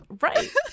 right